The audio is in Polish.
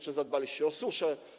Czy zadbaliście o suszę?